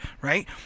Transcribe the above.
right